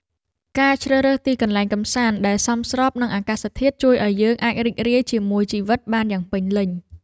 ការជ្រើសរើសទីកន្លែងកម្សាន្តដែលសមស្របនឹងអាកាសធាតុជួយឱ្យយើងអាចរីករាយជាមួយជីវិតបានយ៉ាងពេញលេញ។